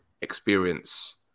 experience